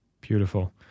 Beautiful